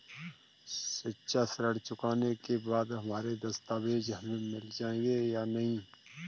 शिक्षा ऋण चुकाने के बाद हमारे दस्तावेज हमें मिल जाएंगे या नहीं?